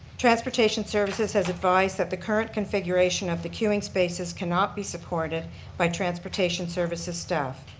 transportation services has advised that the current configuration of the queuing spaces cannot be supported by transportation services staff.